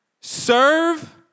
serve